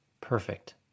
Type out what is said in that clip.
perfect